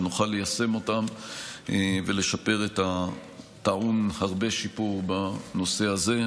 ונוכל ליישם אותן ולשפר את הטעון הרבה שיפור בנושא הזה.